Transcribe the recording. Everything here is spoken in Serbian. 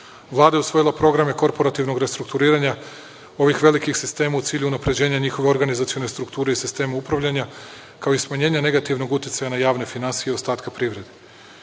Vlada je usvojila programe korporativnog restrukturiranja ovih velikih sistema u cilju unapređenja njihove organizacione strukture i sistema upravljanja, kao i smanjenja negativnog uticaja na javne finansije i ostatka privrede. Kompanija